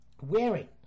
wearing